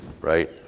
right